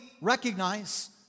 recognize